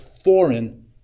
foreign